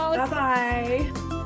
Bye-bye